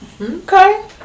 okay